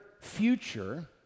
future